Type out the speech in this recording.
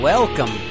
Welcome